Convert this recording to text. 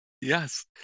Yes